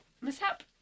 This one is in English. mishap